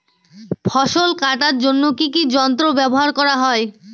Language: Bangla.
ফসল কাটার জন্য কি কি যন্ত্র ব্যাবহার করা হয়?